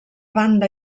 banda